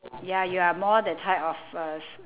ya you are more the type of uh s~